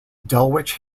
dulwich